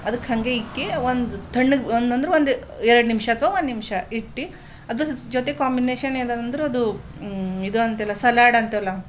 ಅದಕ್ಕೆ ಹಾಗೆ ಇಕ್ಕಿ ಒಂದು ತಣ್ಣಗೆ ಒಂದು ಅಂದರೆ ಒಂದು ಎರಡು ನಿಮಿಷ ಅಥವಾ ಒಂದು ನಿಮಿಷ ಇಟ್ಟು ಅದರ ಜೊತೆ ಕಾಂಬಿನೇಷನ್ ಏನಂದರೆ ಅದು ಇದು ಅಂತೆವಲ್ಲ ಸಲಾಡ್ ಅಂತೆವಲ್ಲ